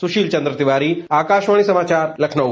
सुशील चंद्र तिवारी आकाशवाणी समाचार लखनऊ